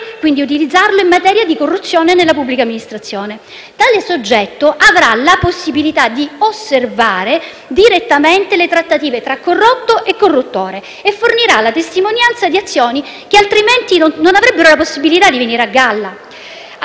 utilizzandolo anche in materia di corruzione nella pubblica amministrazione. Tale soggetto avrà la possibilità di osservare direttamente le trattative tra corrotto e corruttore e fornirà la testimonianza di azioni che altrimenti non avrebbero la possibilità di venire a galla.